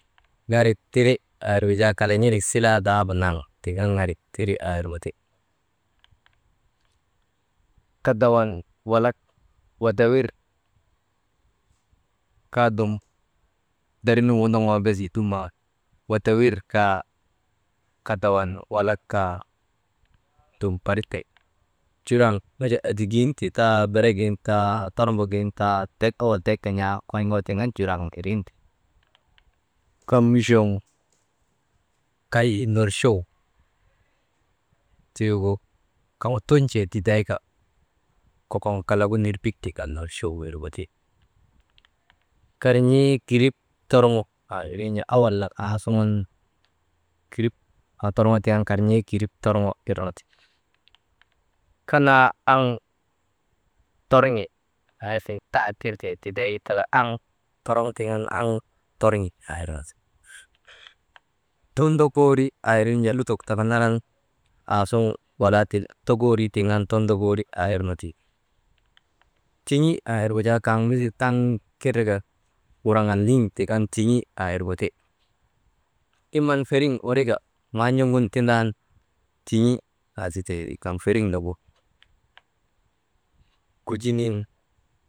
Ŋarit tiri aa irgu jaa kalak n̰ilik maa dahaaba silaa naŋ tik an ŋarik aa irgu ti, kadawan walak wadawir kaa dum dariŋnun wondoŋoo bes wi, duman wadawir kaa, kadawan walak kaa dum, barik tek juraŋ nu jaa edigin ti taa beregin ti taa, tormbogin taa tek owol, tek gin̰aa kon̰ŋoo tiŋ an juraŋ nu ti, kammuchoŋ kay norchow tiigu kaŋgu tuntee tiday ka kokon kalagu nirbik tik an norchow guti, karn̰ii kirip torŋo aa irin jaa owol nak aa suŋun kirip aa torŋoo tiŋ an kirip torŋo irnu ti, kanaa aŋ torŋi aa siŋ taa tirtee tiday aŋtoroŋ tiŋ an aŋ torŋi aa irnu ti, tondokoori, aa irin jaa lutok taka naran aa suŋ walaatiŋ tokoorii tiŋ an tondokoori tiŋ an tokoori wirnu ti, tiŋi aa irgu jaa kaŋ misil taŋ indan kalaka niŋ tik an tiŋi aa irgu ti, iman feriŋ wurika maa n̰ogun tindan tiŋi aa zitee ti kaŋ feriŋ nagu, kujinin.